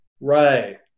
Right